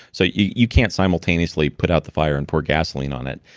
so, you can't simultaneously put out the fire and pour gasoline on it.